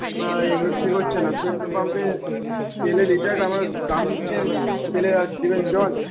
না এইগুলো ঠিক হচ্ছে না পেট্রোল পাম্পে তেলের লিটার দাম নিচ্ছেন তেলের আর দেবেন জল